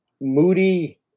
moody